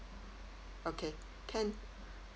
okay can